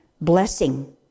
blessing